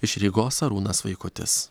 iš rygos arūnas vaikutis